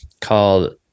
called